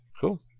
cool